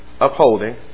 upholding